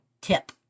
tip